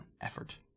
effort